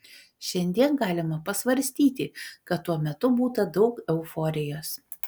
šiandien galima pasvarstyti kad tuo metu būta daug euforijos